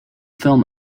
film